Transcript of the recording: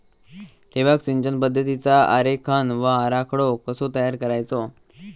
ठिबक सिंचन पद्धतीचा आरेखन व आराखडो कसो तयार करायचो?